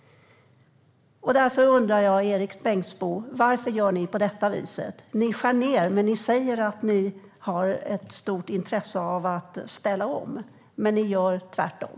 Därför undrar jag, Erik Bengtzboe: Varför gör ni på detta vis? Ni skär ned. Ni säger att ni har ett stort intresse av att ställa om, men ni gör tvärtom.